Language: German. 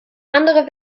andere